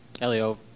Elio